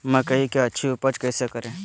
मकई की अच्छी उपज कैसे करे?